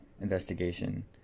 investigation